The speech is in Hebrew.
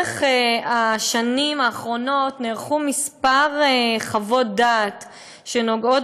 בשנים האחרונות ניתנו כמה חוות דעת הנוגעות